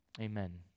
Amen